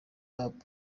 app